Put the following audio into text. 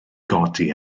godi